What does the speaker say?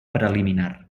preliminar